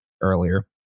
earlier